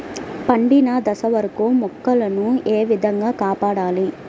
పండిన దశ వరకు మొక్కల ను ఏ విధంగా కాపాడాలి?